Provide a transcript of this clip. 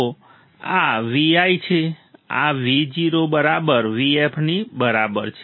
તો આ VI છે આ Vo બરાબર Vf ની બરાબર છે